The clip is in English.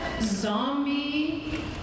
zombie